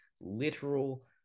literal